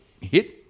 hit